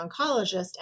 oncologist